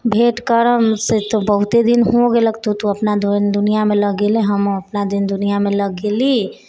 भेँट करब से बहुते दिन हो गेलक तोँ अपना दीन दुनिआमे लगि गेलै हमहुँ अपना दीन दुनिआमे लगि गेली